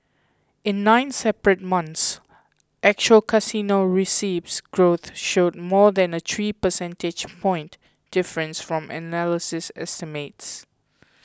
in nine separate months actual casino receipts growth showed more than a three percentage point difference from analyst estimates